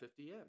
50M